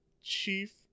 Chief